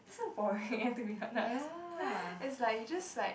so boring you have to be earnest it's like you just like